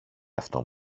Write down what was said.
αυτόν